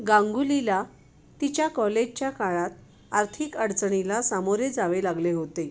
गांगुलीला तिच्या कॉलेजच्या काळात आर्थिक अडचणीला सामोरे जावे लागले होते